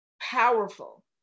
powerful